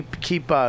keep